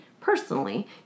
personally